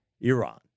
Iran